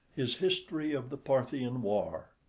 his history of the parthian war.